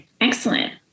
Excellent